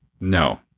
No